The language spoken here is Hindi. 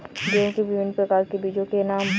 गेहूँ के विभिन्न प्रकार के बीजों के क्या नाम हैं?